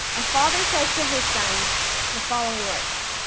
a father says to his son the following words,